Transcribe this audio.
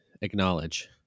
acknowledge